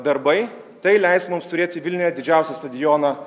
darbai tai leis mums turėti vilniuje didžiausią stadioną